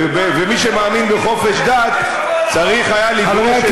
ומי שמאמין בחופש דת צריך היה לדרוש את זה,